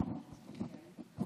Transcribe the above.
גברתי היושבת-ראש,